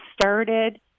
started